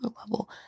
level